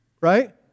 right